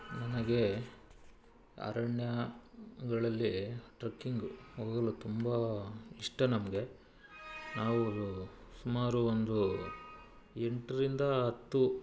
ನನಗೆ ಅರಣ್ಯಗಳಲ್ಲಿ ಟ್ರಕ್ಕಿಂಗ್ ಹೋಗಲು ತುಂಬ ಇಷ್ಟ ನಮಗೆ ನಾವು ಸುಮಾರು ಒಂದು ಎಂಟ್ರಿಂದ ಹತ್ತು